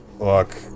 Look